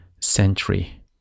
century